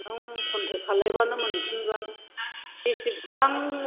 नों कन्टेक्ट खालामबानो मोनफिनगोन बेसेबां